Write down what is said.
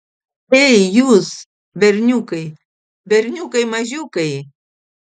ei jūs berniukai berniukai mažiukai